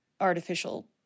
artificial